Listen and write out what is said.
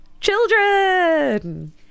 children